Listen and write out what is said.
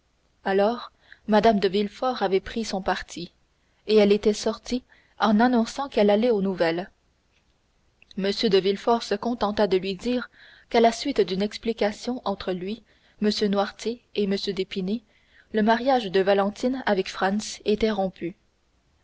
alors mme de villefort avait pris son parti et elle était sortie en annonçant qu'elle allait aux nouvelles m de villefort se contenta de lui dire qu'à la suite d'une explication entre lui m noirtier et m d'épinay le mariage de valentine avec franz était rompu